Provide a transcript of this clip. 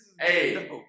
Hey